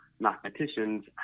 mathematicians